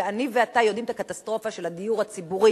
ואני ואתה יודעים את הקטסטרופה של הדיור הציבורי,